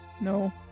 No